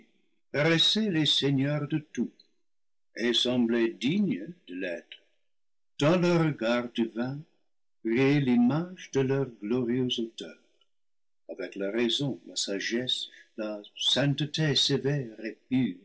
paraissent les seigneurs de tout et semblaient dignes de l'être dans leurs regards divins brillait l'image de leur glorieux auteur avec la raison la sagesse la sainteté sévère